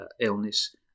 illness